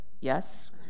yes